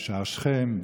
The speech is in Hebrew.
בשער שכם,